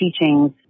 teachings